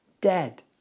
dead